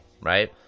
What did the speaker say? right